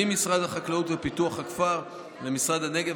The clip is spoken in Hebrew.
ממשרד החקלאות ופיתוח הכפר למשרד הנגב,